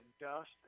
dust